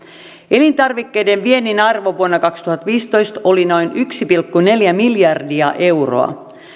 elintarvikkeiden viennin arvo vuonna kaksituhattaviisitoista oli noin yksi pilkku neljä miljardia euroa